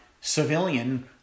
civilian